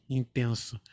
intenso